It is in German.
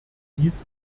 dieses